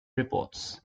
reports